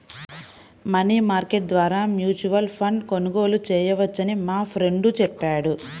money market ద్వారా mutual ఫండ్ను కొనుగోలు చేయవచ్చని మా ఫ్రెండు చెప్పాడు